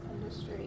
industry